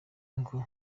ngo